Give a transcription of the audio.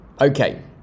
Okay